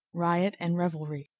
riot and revelry